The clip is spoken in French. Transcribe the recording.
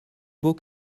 beau